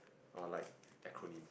or like acronym